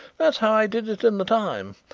that's how i did it in the time.